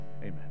amen